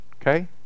okay